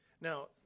Now